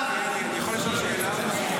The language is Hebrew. אני יכול לשאול שאלה?